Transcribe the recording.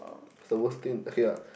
what's the worst thing okay yeah